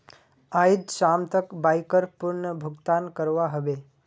आइज शाम तक बाइकर पूर्ण भुक्तान करवा ह बे